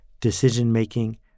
decision-making